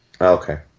Okay